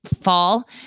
fall